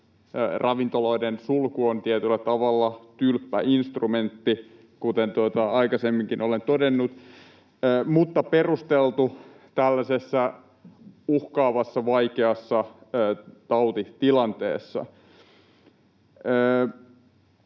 ravintoloiden sulku on tietyllä tavalla tylppä instrumentti, kuten aikaisemminkin olen todennut, mutta perusteltu tällaisessa uhkaavassa, vaikeassa tautitilanteessa.